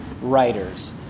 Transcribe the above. writers